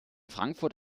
frankfurt